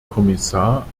kommissar